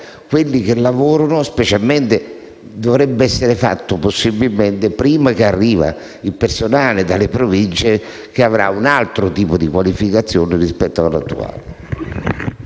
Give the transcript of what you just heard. dovrebbe essere fatto, possibilmente, prima che arrivi il personale delle Province, che avrà un altro tipo di qualificazione rispetto al personale